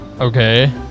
Okay